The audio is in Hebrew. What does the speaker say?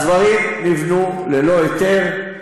הדברים נבנו ללא היתר,